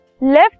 Left